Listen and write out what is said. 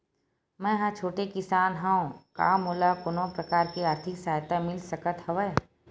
मै ह छोटे किसान हंव का मोला कोनो प्रकार के आर्थिक सहायता मिल सकत हवय?